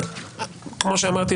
חבר הכנסת גלעד קריב,